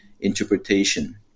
interpretation